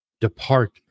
Depart